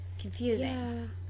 confusing